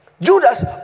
Judas